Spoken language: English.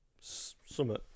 summit